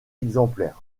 exemplaires